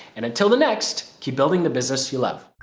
and until the next, keep building the business you love.